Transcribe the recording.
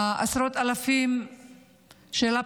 עשרות אלפי פצועים,